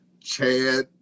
Chad